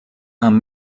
amb